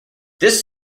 this